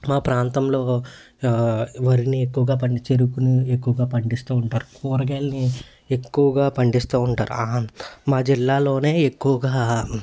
మా ప్రాంతంలో వరిని ఎక్కువగా పండించేది చెరుకుని ఎక్కువగా పండిస్తూ ఉంటారు కూరగాయల్ని ఎక్కువగా పండిస్తూ ఉంటారు మా జిల్లాలోనే ఎక్కువగా